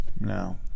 No